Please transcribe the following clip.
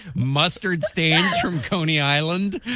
mustard stains from coney island